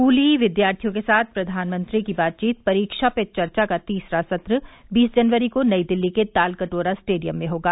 स्कूली विद्यार्थियों के साथ प्रधानमंत्री की बातचीत परीक्षा पे चर्चा का तीसरा सत्र बीस जनवरी को नई दिल्ली के तालकटोरा स्टेडियम में होगा